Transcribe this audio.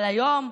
אבל היום,